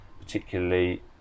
particularly